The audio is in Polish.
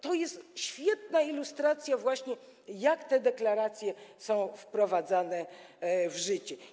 To jest świetna ilustracja, jak te deklaracje są wprowadzane w życie.